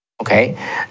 okay